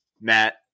Matt